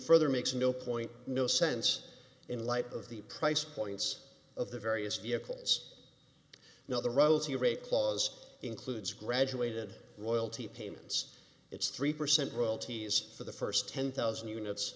further makes no point no sense in light of the price points of the various vehicles no the royalty rate clause includes graduated royalty payments it's three percent royalties for the first ten thousand units